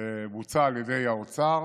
שבוצע על ידי האוצר